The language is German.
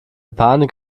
panik